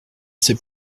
sais